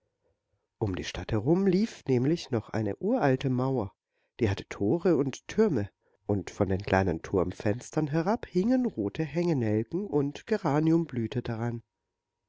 um die stadt herum lief nämlich noch eine uralte mauer die hatte tore und türme und von den kleinen turmfenstern herab hingen rote hängenelken und geranium blühte daran